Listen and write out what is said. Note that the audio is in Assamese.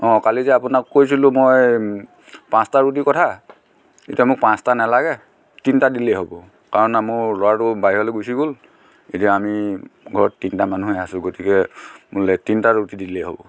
অ' কালি যে আপোনাক কৈছিলোঁ মই পাঁচটা ৰুটি কথা এতিয়া মোক পাঁচটা নালাগে তিনিটা দিলেই হ'ব কাৰণ মোৰ ল'ৰাটো বাহিৰলৈ গুচি গ'ল এতিয়া আমি ঘৰত তিনিটা মানুহহে আছোঁ গতিকে মোলে তিনিটা ৰুটি দিলে হ'ব